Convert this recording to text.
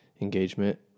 engagement